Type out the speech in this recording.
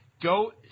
go